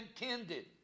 intended